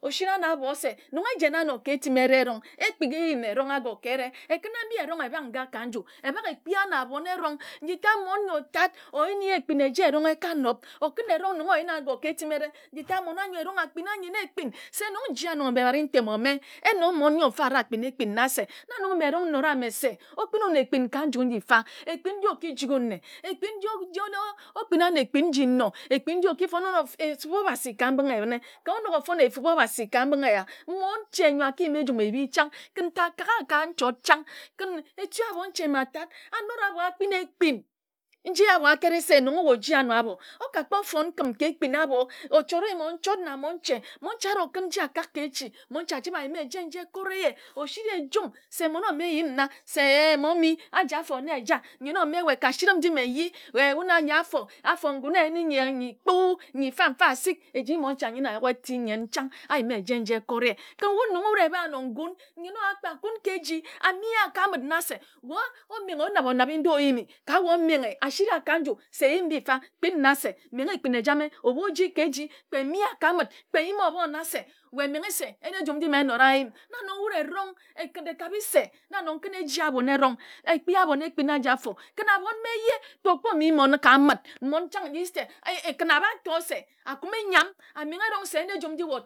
O sira wun abho. Nong e jena ano ka etimere kpik eyim erong ago ka ere. E kəna mbi eronghe bhak nga ka nju e bhak e kpia wun abhon erong nji tat mmon nyo tat o yen ye ekpin eje erong e ka nob o kən erong nong o yen ago ka ehimere. Nji tat mmon anyo erong a kpina nnyen ekpin. se nong nji ano ka etimere yen nong ntem ome a ri a yima se nong ntem ome yen nong mmon se nong anor abare ntem ome enoi mmon nyor mfa areh akpina ekpin na nong mme erong anora anor se okpinin na ekpin ka nju nyi mfa ekpin nji okijik n me ekpin nji okpin anor ekpin nji nnor ekpin nji okifon n efub obasi ka mbinghe ebine kor onok ofon efub obhasi ka mbinghe eya monche nyor akiyim mbiim ebi chang kin ta akak a ka nchord chang kin echi abon nche matad a anora abor akpin ne ekpin nji abor akere se nong wue oji anor abor okpor ofon nkim keekpin abor ochore mmon nchord na monche arokun se akak ke echi monchea chibe ayime eje nji ekori ye osiriye njum se ome nyim na se. mommy aji afor nne eja nyen ome wae ka sirin nji mme nyi wae wun a anne afor afor ngun ayine nyi enyi kpu. nyi mfa-mfa asik eji monche ayina ayuk eti nyen chang ayima eje nji ekore kin wun nong wud eba anor ngan nyen owa kpe akun ke eji amia ka ambid na se wae omenghe onab onobe ndu oyimi ka wae omenghe asira ka nju seeyim mbi mfa kpin na se menghe ekpin ejame ebu oji ke eji kpe mmia ka anbid kpe nyima obor na se wae nore se yin ejim nji mme nnora ayim na nong wud erong akid ekare se na nong kid eji abon erong ekpi abon ekpin aji afor kin abon mme ese kpe okor mi mmon ka abidmmon chnad nyi se kin aba tor se akumi nyam amonghe erong se yin ejum nji wae